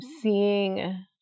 seeing